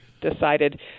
Decided